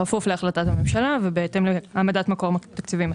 בכפוף להחלטת ממשלה ובהתאם להעמדת מקור תקציבי מתאים.